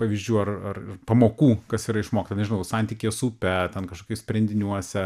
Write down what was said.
pavyzdžių ar ar pamokų kas yra išmokta nežinau santykyje su upe ten kažkokiuos sprendiniuose